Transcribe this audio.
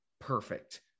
perfect